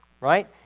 right